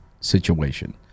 situation